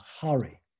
hurry